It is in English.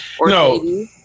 No